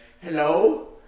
hello